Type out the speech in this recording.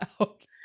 Okay